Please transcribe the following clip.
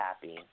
happy